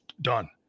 done